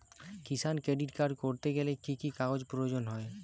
কিষান credit card করতে গেলে কি কি কাগজ প্রয়োজন হয়?